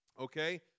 Okay